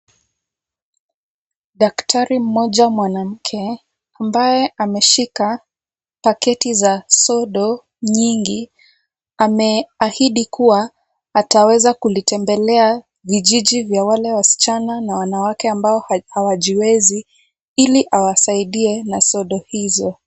Daktari mmoja mwanamke ambaye ameshika paketi za sodo nyingi ameahidi kuwa ataweza kulitembelea vijiji vya wale wasichana na wanawake ambao hawajiwezi ili awasaidie na sodo hizo.